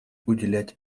уделять